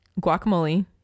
guacamole